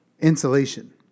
Insulation